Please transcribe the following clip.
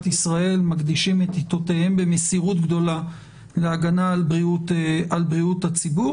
ישראל מקדישים את עתותיהם במסירות גדולה להגנה על בריאות הציבור.